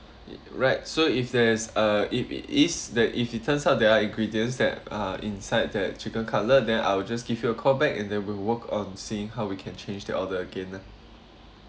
right so if there's uh if it is that if it turns out there are ingredients that are inside the chicken cutlet then I will just give you a call back and then we'll work on seeing how we can change the order again ah